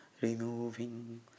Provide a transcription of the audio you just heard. removing